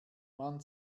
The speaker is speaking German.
man